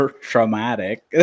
traumatic